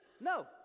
No